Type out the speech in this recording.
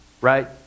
Right